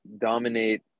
dominate